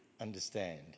understand